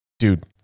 Dude